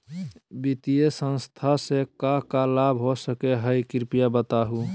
वित्तीय संस्था से का का लाभ हो सके हई कृपया बताहू?